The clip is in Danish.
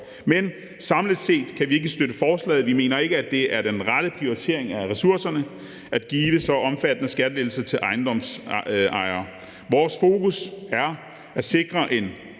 Men samlet set kan vi ikke støtte forslaget. Vi mener ikke, at det er den rette prioritering af ressourcerne at give så omfattende skattelettelser til ejendomsejere. Vores fokus er at sikre en